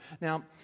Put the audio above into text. Now